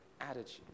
attitude